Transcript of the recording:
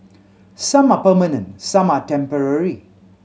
some are permanent some are temporary